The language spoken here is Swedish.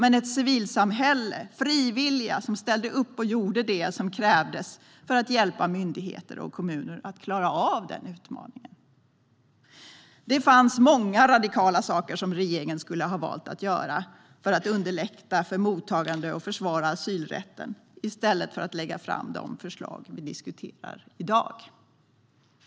Men ett civilsamhälle med frivilliga ställde upp och gjorde det som krävdes för att hjälpa myndigheter och kommuner att klara av denna utmaning. Det fanns många radikala saker som regeringen skulle ha valt att göra för att underlätta för mottagande och försvara asylrätten i stället för att lägga fram de förslag som vi diskuterar i dag.